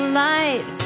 light